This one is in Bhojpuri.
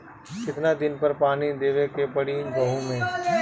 कितना दिन पर पानी देवे के पड़ी गहु में?